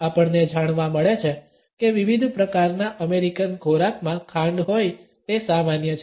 આપણને જાણવા મળે છે કે વિવિધ પ્રકારના અમેરિકન ખોરાકમાં ખાંડ હોય તે સામાન્ય છે